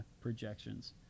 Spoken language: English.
projections